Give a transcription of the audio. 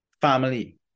family